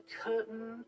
curtain